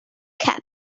cap